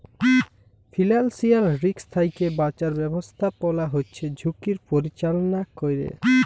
financial risk থ্যাইকে বাঁচার ব্যবস্থাপলা হছে ঝুঁকির পরিচাললা ক্যরে